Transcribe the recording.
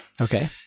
Okay